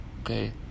okay